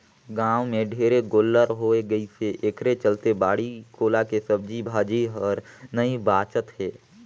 गाँव में ढेरे गोल्लर होय गइसे एखरे चलते बाड़ी कोला के सब्जी भाजी हर नइ बाचत हे